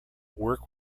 work